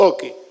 Okay